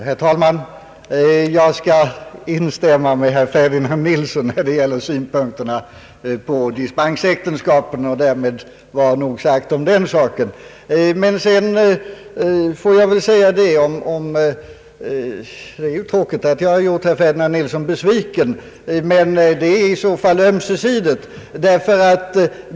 Herr talman! Jag skall instämma med herr Ferdinand Nilsson i synpunkterna på dispensäktenskapen, och därmed vare nog sagt om den saken. Det är tråkigt att jag gjort herr Ferdinand Nilsson besviken, men det är i så fall ömsesidigt.